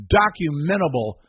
documentable